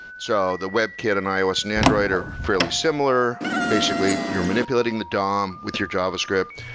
so the webkit in ios and android are fairly similar. basically, you're manipulating the dom with your javascript.